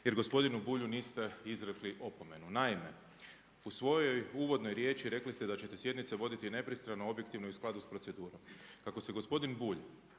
jer gospodinu Bulju niste izrekli opomenu. Naime, u svojoj uvodnoj riječi rekli ste da ćete sjednice voditi nepristrano, objektivno i u skladu s procedurom. Kako se gospodin Bulj